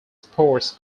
sports